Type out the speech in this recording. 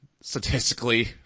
statistically